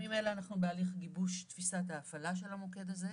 בימים אלה אנחנו בהליך גיבוש תפיסת ההפעלה של המוקד הזה.